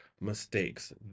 mistakes